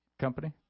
company